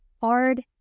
hard